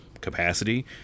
Capacity